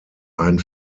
ein